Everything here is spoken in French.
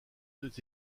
deux